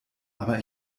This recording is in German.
aber